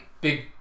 Big